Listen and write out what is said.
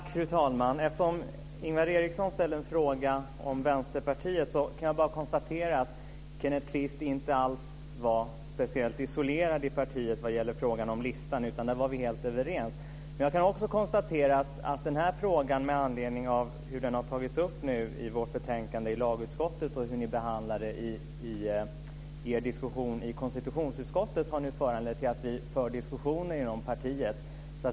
Fru talman! Eftersom Ingvar Svensson ställde en fråga om Vänsterpartiet, kan jag bara konstatera att Kenneth Kvist inte alls var speciellt isolerad i partiet vad gäller frågan om listan, utan där var vi helt överens. Men jag kan också konstatera att den här frågan, med anledning av hur den har tagits upp i vårt betänkande i lagutskottet och hur ni behandlar den i er diskussion i konstitutionsutskottet, nu har föranlett oss att föra diskussioner inom partiet.